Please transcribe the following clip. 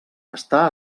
està